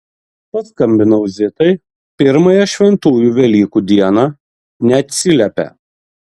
paskambinau zitai pirmąją šventų velykų dieną neatsiliepia